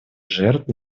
жертв